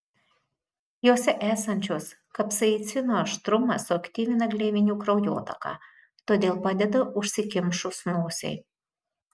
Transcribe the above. jose esančio kapsaicino aštrumas suaktyvina gleivinių kraujotaką todėl padeda užsikimšus nosiai